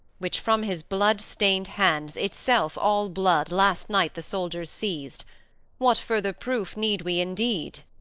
which from his blood-stained hands, itself all blood, last night the soldiers seized what further proof need we indeed?